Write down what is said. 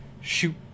shoot